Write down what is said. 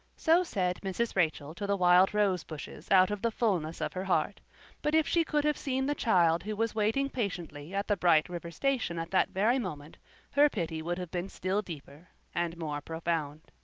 so said mrs. rachel to the wild rose bushes out of the fulness of her heart but if she could have seen the child who was waiting patiently at the bright river station at that very moment her pity would have been still deeper and more profound.